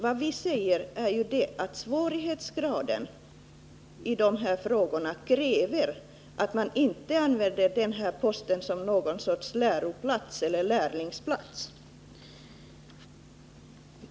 Vad vi socialdemokrater säger är att frågornas svårighetsgrad kräver att man inte använder denna post som något slags lärlingsplats.